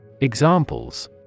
Examples